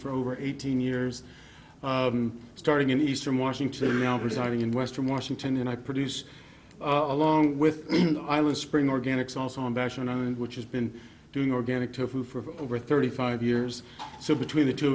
for over eighteen years starting in eastern washington residing in western washington and i produce along with i will spring organics also on bash which has been doing organic tofu for over thirty five years so between the two